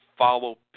follow